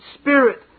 Spirit